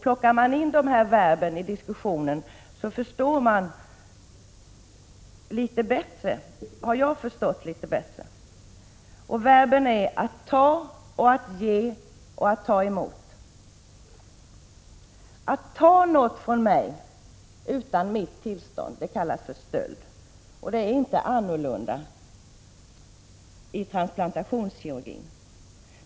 Plockar man in de här verben i diskussionen, förstår man litet bättre — åtminstone har jag förstått litet bättre. Verben är: att ta, att ge och att ta emot. Att ta något från mig utan mitt tillstånd kallas stöld, och det är inte annorlunda i transplantationskirurgin.